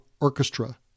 Orchestra